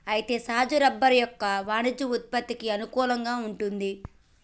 అయితే సహజ రబ్బరు యొక్క వాణిజ్య ఉత్పత్తికి అనుకూలంగా వుంటుంది